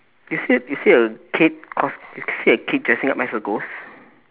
you see you see a kid cos~ you see a kid dressing up as a ghost